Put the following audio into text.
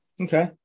Okay